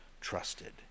trusted